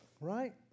Right